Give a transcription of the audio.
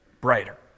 brighter